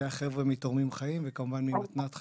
והחבר'ה מתורמים חיים וכמובן ממתנת חיים: